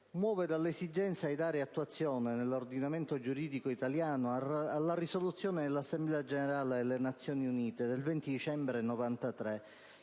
muove dall'esigenza di dare attuazione nell'ordinamento giuridico italiano alla risoluzione dell'Assemblea Generale delle Nazioni Unite del 20 dicembre 1993,